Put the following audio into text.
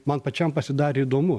man pačiam pasidarė įdomu